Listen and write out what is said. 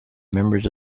members